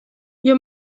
your